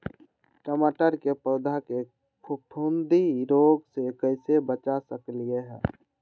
टमाटर के पौधा के फफूंदी रोग से कैसे बचा सकलियै ह?